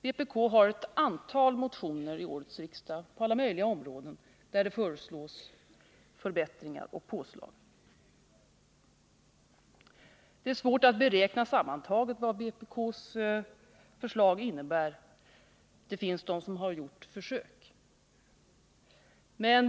Vpk har vid årets riksmöte ett antal motioner på alla möjliga områden, där det föreslås förbättringar och påslag. Det är svårt att beräkna vad vpk:s förslag innebär sammantaget — det finns de som har gjort försök.